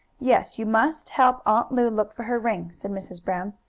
yes, you must help aunt lu look for her ring, said mrs. brown.